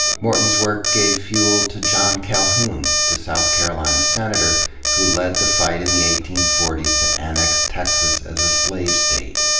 morton's work gave fuel to john calhoun, the south carolina senator who led the fight in the eighteen forty s to annex texas as a slave state.